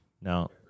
No